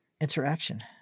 interaction